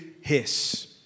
hiss